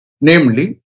namely